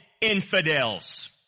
infidels